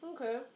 Okay